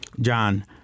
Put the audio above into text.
John